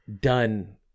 done